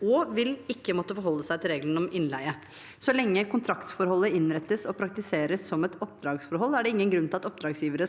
de vil ikke måtte forholde seg til reglene om innleie. Så lenge kontraktsforholdet innrettes og praktiseres som et oppdragsforhold, er det ingen grunn til at oppdragsgivere